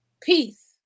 peace